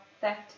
theft